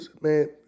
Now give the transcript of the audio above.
man